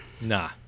Nah